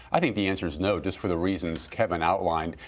i think the answer is no just for the reasons kevin outlined.